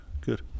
good